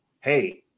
Hey